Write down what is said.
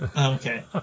Okay